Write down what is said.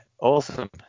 awesome